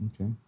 okay